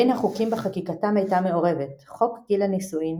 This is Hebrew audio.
בין החוקים בחקיקתם הייתה מעורבת חוק גיל הנישואין,